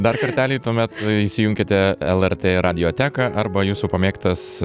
dar kartelį tuomet įsijunkite lrt radioteką arba jūsų pamėgtas